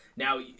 Now